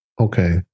Okay